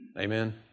Amen